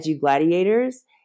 Gladiators